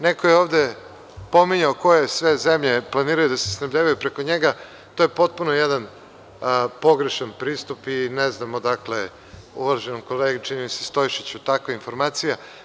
Neko je ovde pominjao koje sve zemlje planiraju da se snabdevaju preko njega, to je potpuno jedan pogrešan pristup, i ne znam odakle uvaženom kolegi, čini mi se Stojšiću, takva informacija.